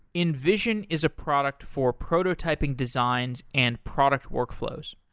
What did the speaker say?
invision is a product for prototyping designs and product workflows.